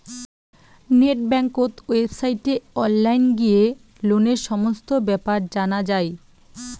net বেংকত ওয়েবসাইটে online গিয়ে লোনের সমস্ত বেপার জানা যাই